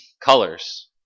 Colors